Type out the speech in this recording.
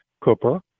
Cooper